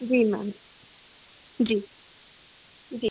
जी ma'am जी जी